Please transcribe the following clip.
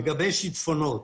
לגבי שיטפונות.